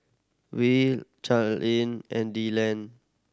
will Charlene and